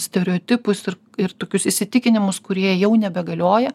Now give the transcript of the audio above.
stereotipus ir ir tokius įsitikinimus kurie jau nebegalioja